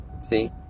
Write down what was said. See